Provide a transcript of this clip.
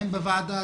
הן בוועדה,